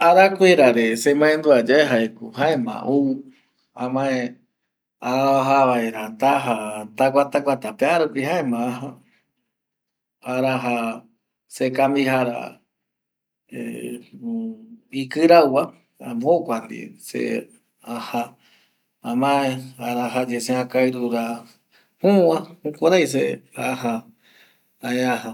Arakuera re semandua ye jaeko jaema ou amae aja vaera tamae aja vaera taja taguata guata pearupi jaema raja se camisa jaema jokua ndie aja amea jare araje yae se akairura jüva jaema jukurei aja.